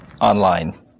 online